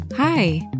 Hi